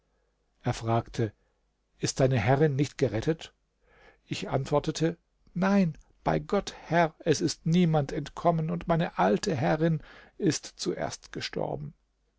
er fragte ist deine herrin nicht gerettet ich antwortete nein bei gott herr es ist niemand entkommen und meine alte herrin ist zuerst gestorben